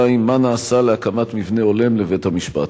2. מה נעשה להקמת מבנה הולם לבית-המשפט?